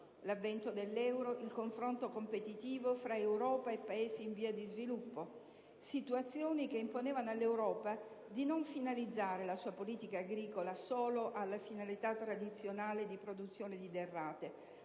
l'avvento dell'euro e il confronto competitivo fra Europa e Paesi in via di sviluppo, situazioni che imponevano all'Europa di non finalizzare la sua politica agricola solo alla finalità tradizionale di produzione di derrate,